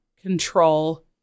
control